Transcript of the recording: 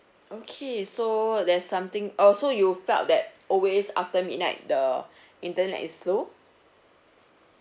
okay so there's something oh so you felt that always after midnight the internet is slow